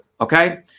Okay